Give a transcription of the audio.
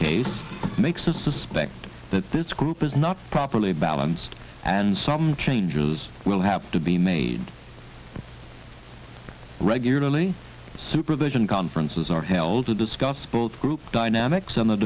case makes is suspect that this group is not properly balanced and some changes will have to be made regularly supervision conferences are held to discuss both group dynamics and the